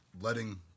letting